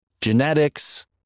Genetics